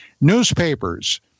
newspapers